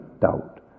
doubt